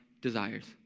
desires